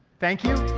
thank you.